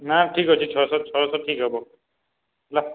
ନା ଠିକ୍ ଅଛି ଛଅଶହ ଛଅଶହ ଠିକ୍ ହେବ ହେଲା